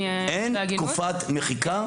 אין תקופת מחיקה.